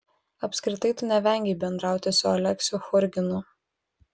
apskritai tu nevengei bendrauti su aleksiu churginu